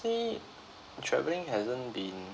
travelling hasn't been